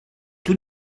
tout